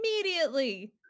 immediately